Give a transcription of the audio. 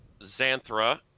Xanthra